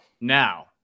Now